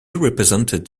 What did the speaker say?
represented